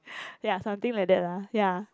ya something like that lah ya